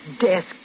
desk